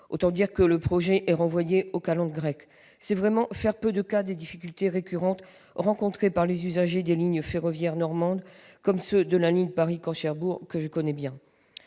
Autant dire que le projet est renvoyé aux calendes grecques ! C'est vraiment faire peu de cas des difficultés récurrentes rencontrées par les usagers des lignes ferroviaires normandes, comme ceux de la ligne Paris-Caen-Cherbourg, que je connais bien.